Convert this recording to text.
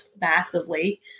massively